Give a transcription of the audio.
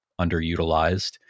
underutilized